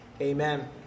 Amen